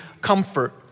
comfort